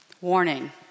warning